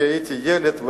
כשהייתי ילד,